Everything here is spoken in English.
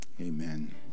amen